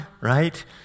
right